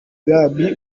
bwami